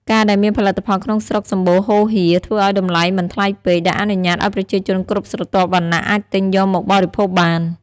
ការដែលមានផលិតផលក្នុងស្រុកសម្បូរហូរហៀរ ធ្វើឱ្យតម្លៃមិនថ្លៃពេក ដែលអនុញ្ញាតឱ្យប្រជាជនគ្រប់ស្រទាប់វណ្ណៈអាចទិញយកមកបរិភោគបាន។